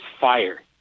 fire